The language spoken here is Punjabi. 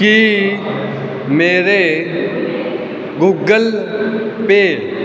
ਕੀ ਮੇਰੇ ਗੁਗਲ ਪੇ